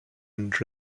and